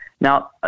Now